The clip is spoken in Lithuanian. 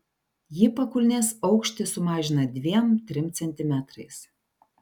ji pakulnės aukštį sumažina dviem trim centimetrais